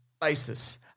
basis